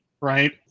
right